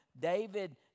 David